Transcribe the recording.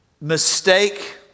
mistake